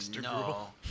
no